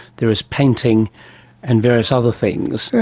there is painting and various other things,